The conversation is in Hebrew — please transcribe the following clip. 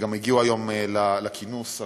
שגם הגיעו היום לכינוס הרשמי,